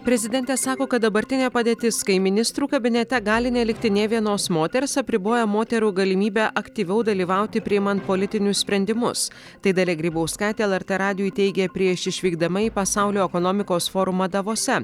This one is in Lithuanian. prezidentė sako kad dabartinė padėtis kai ministrų kabinete gali nelikti nė vienos moters apriboja moterų galimybę aktyviau dalyvauti priimant politinius sprendimus tai dalia grybauskaitė lrt radijui teigė prieš išvykdama į pasaulio ekonomikos forumą davose